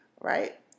right